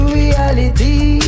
reality